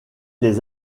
les